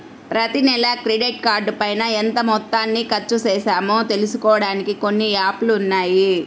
ప్రతినెలా క్రెడిట్ కార్డుపైన ఎంత మొత్తాన్ని ఖర్చుచేశామో తెలుసుకోడానికి కొన్ని యాప్ లు ఉన్నాయి